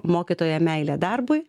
mokytoja meilė darbui